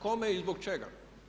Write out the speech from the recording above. Kome i zbog čega?